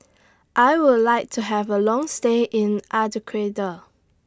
I Would like to Have A Long stay in